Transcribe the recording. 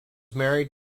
married